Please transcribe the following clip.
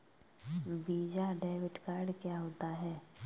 Visa debit card क्या होता है?